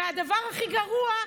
והדבר הכי גרוע,